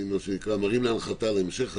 ואני מרים להנחתה להמשך הדרך.